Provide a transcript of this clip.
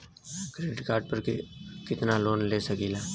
Credit card पर कितनालोन ले सकीला?